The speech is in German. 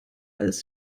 als